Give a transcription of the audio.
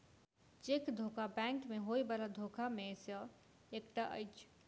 cheque धोखा bank मे होयबला धोखा मे सॅ एकटा अछि